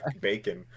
Bacon